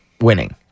winning